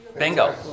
Bingo